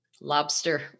Lobster